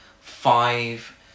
five